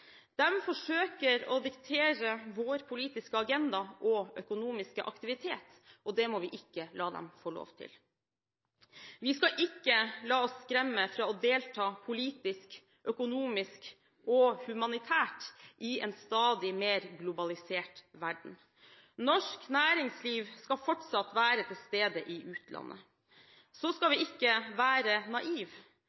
forsøker å diktere vår politiske agenda og økonomiske aktivitet, og det må vi ikke la dem få lov til. Vi skal ikke la oss skremme fra å delta politisk, økonomisk og humanitært i en stadig mer globalisert verden. Norsk næringsliv skal fortsatt være til stede i utlandet. Så skal